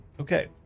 Okay